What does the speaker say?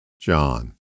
John